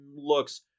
looks